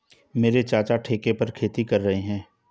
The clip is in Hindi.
मेरे चाचा ठेके पर खेती कर रहे हैं